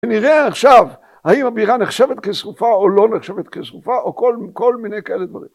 נראה עכשיו האם הבירה נחשבת כשרופה או לא נחשבת כשרופה או כל מיני כאלה דברים.